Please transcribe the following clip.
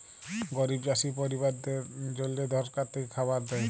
গরিব চাষী পরিবারদ্যাদের জল্যে সরকার থেক্যে খাবার দ্যায়